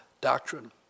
doctrine